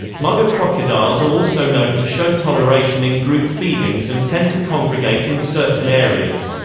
mugger crocodiles are also known to show toleration in group feedings and tend to congregate in certain areas.